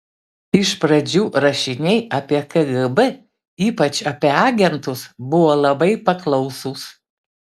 iš pradžių rašiniai apie kgb ypač apie agentus buvo labai paklausūs